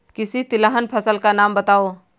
किसी तिलहन फसल का नाम बताओ